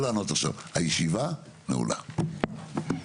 הישיבה ננעלה בשעה 14:09.